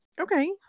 Okay